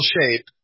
shape